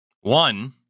One